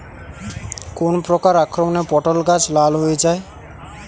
কোন প্রকার আক্রমণে পটল গাছ লাল হয়ে যায়?